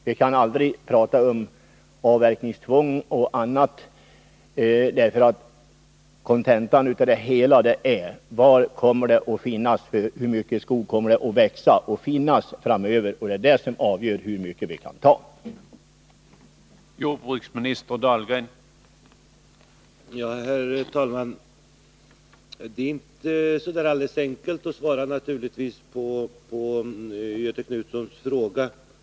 Vi skall inte tala om avverkningstvång och annat. för frågan är: Hur mycket skog kommer det att finnas framöver? Det är det som avgör hur mycket vi kan ta. Detta är kontentan av det hela.